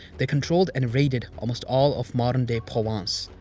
they controlled and raided almost all of modern-day provence.